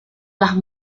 las